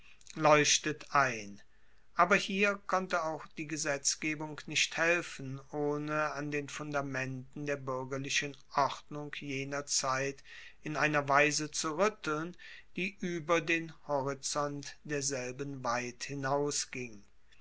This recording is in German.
leuchtet ein aber hier konnte auch die gesetzgebung nicht helfen ohne an den fundamenten der buergerlichen ordnung jener zeit in einer weise zu ruetteln die ueber den horizont derselben weit hinausging